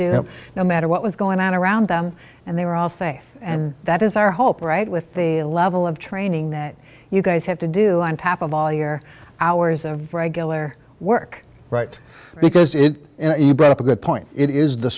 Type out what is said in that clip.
do no matter what was going on around them and they were all say and that is our hope right with the level of training that you guys have to do on top of all your hours of regular work right because it brought up a good point it is the